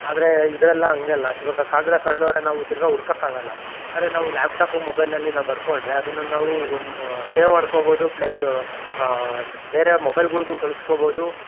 ಆದರೇ ಇದರಲ್ಲ ಹಂಗಲ್ಲ ಇವಾಗ ಕಾಗದ ಕಳೆದೋರೆ ನಾವು ತಿರ್ಗಾ ಹುಡ್ಕಕ್ಕಾಗಲ್ಲ ಆದರೆ ನಾವು ಲ್ಯಾಪ್ಟಾಪು ಮೊಬೈಲಲ್ಲಿ ನಾವು ಬರ್ಕೊಂಡರೆ ಅದನ್ನ ನಾವು ಒಂದು ಸೇವ್ ಮಾಡ್ಕೊಬೋದು ಪ್ಲಸ್ ಬೇರೆ ಮೊಬೈಲ್ಗಳ್ಗೂ ಕಳಿಸ್ಕೋಬೋದು